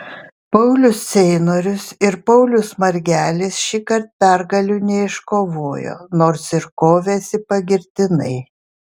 paulius ceinorius ir paulius margelis šįkart pergalių neiškovojo nors ir kovėsi pagirtinai